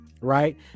right